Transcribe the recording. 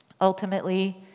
Ultimately